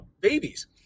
babies